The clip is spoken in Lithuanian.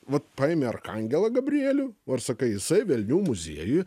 vat paėmė arkangelą gabrielių va ir sakai jisai velnių muziejuj